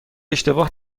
اشتباه